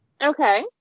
Okay